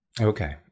Okay